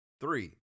three